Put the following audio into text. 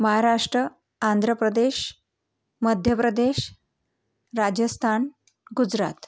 Maharashtra Andhra Pradesh Madhya Pradesh Rajasthan Gujarat